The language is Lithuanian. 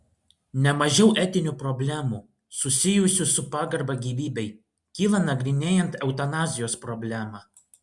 ne mažiau etinių problemų susijusių su pagarba gyvybei kyla nagrinėjant eutanazijos problemą